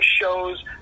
shows